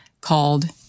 called